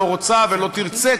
לא רוצה ולא תרצה,